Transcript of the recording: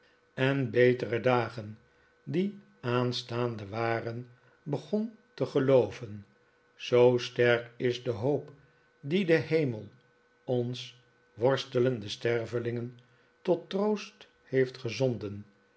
en betere dagen die aanstaande waren begon te gelooven zoo sterk is de hoop die de hemel ons worstelende stervelingen tot troost heeft gezonden